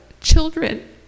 Children